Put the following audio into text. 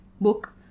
book